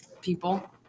people